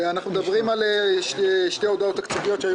אנחנו מדברים על שתי הודעות תקציביות שהיו